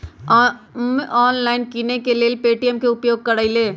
हम ऑनलाइन किनेकेँ लेल पे.टी.एम के उपयोग करइले